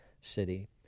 city